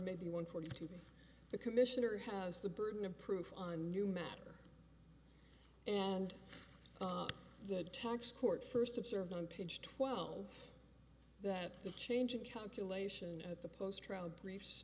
maybe one for you to be the commissioner has the burden of proof on you matter and that tax court first observed on page twelve that the change of calculation at the post road briefs